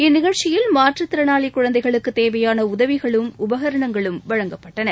இந்நிஷழ்ச்சியில் மாற்று திறனாளி குழந்தைகளுக்கு தேவையான உதவிகளும் உபகரணங்களும் வழங்கப்பட்டன